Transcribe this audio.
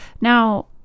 Now